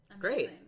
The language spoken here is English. great